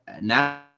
now